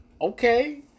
okay